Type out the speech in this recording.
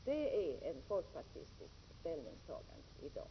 Det är ett folkpartistiskt ställningstagande i dag.